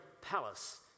palace